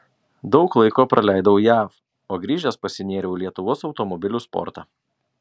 daug laiko praleidau jav o grįžęs pasinėriau į lietuvos automobilių sportą